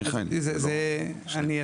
לא בכדי